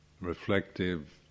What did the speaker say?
reflective